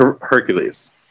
Hercules